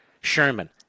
Sherman